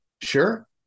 sure